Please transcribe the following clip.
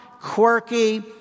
quirky